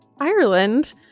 Ireland